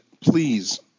please